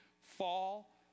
fall